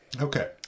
Okay